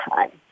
Time